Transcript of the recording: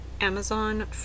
Amazon